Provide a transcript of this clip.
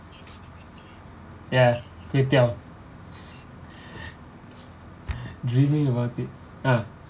ya kway teow dreaming about it ah